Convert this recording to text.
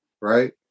right